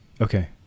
Okay